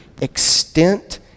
extent